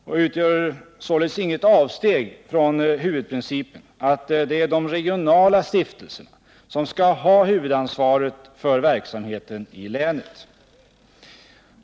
Det utgör således inget avsteg från huvudprincipen att det är de regionala stiftelserna som skall ha huvudansvaret för verksamheten i länet.